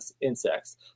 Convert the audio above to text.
insects